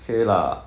okay lah